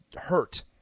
hurt